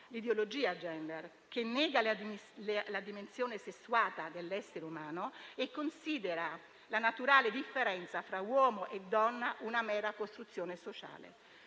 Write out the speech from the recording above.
l'ideologia *gender*, che nega la dimensione sessuata dell'essere umano e considera la naturale differenza fra uomo e donna una mera costruzione sociale.